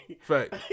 Fact